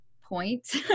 point